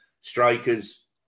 strikers